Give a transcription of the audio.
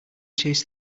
chased